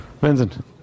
Vincent